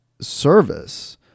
service